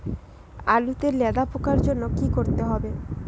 আলুতে লেদা পোকার জন্য কি করতে হবে?